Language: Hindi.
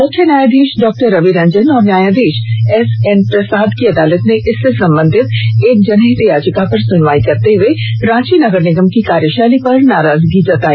मुख्य न्यायाधीश डॉक्टर रवि रंजन और न्यायाधीश एसएन प्रसाद की अदालत ने इससे संबंधित एक जनहित याचिका पर सुनवाई करते हुए रांची नगर निगम की कार्यशैली पर नाराजगी जताई